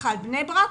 טיפת חלב בבני ברק,